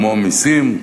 כמו מסים,